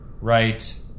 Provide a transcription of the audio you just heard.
right